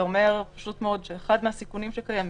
זה אומר פשוט מאוד שאחד מהסיכונים שקיימים,